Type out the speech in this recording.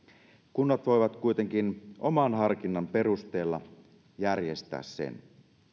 kunnat voivat kuitenkin oman harkinnan perusteella järjestää sen